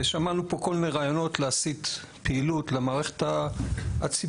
שמענו פה כל מיני רעיונות להסית פעילות למערכת הציבורית,